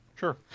Sure